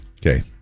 Okay